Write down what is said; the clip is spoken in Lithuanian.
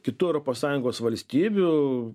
kitų europos sąjungos valstybių